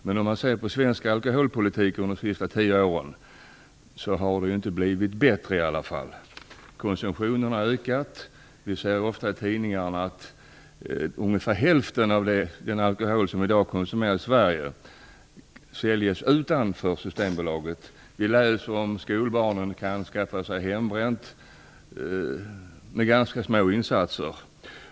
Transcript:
Men om man ser på svensk alkoholpolitik under de senaste tio åren har den inte åstadkommit några förbättringar. Konsumtionen har ökat, och vi ser ofta i tidningarna att ungefär hälften av den alkohol som konsumeras i Sverige säljs utanför Systembolaget. Vi läser om att skolbarnen kan skaffa sig hembränt med ganska små insatser.